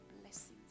blessings